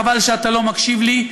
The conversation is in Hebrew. חבל שאתה לא מקשיב לי,